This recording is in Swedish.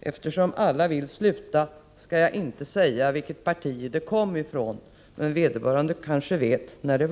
Eftersom alla vill sluta, skall jag inte säga vilket parti det kom ifrån, men vederbörande kanske känner till det.